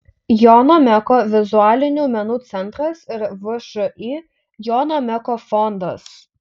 jono meko vizualinių menų centras ir všį jono meko fondas